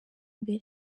mbere